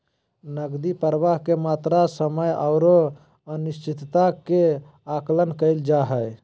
नकदी प्रवाह के मात्रा, समय औरो अनिश्चितता के आकलन कइल जा हइ